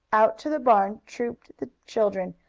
out to the barn trooped the children,